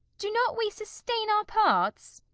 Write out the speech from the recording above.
do not we sustain our parts?